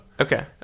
Okay